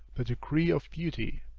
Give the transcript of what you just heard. the degree of beauty,